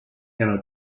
and